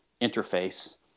interface –